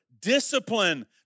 discipline